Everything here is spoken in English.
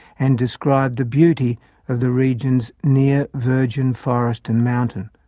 and described the beauty of the region's near-virgin forest and mountain.